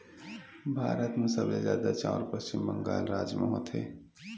भारत म सबले जादा चाँउर पस्चिम बंगाल राज म होथे